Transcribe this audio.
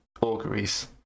auguries